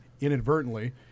inadvertently